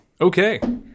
Okay